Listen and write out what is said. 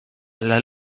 alla